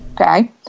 Okay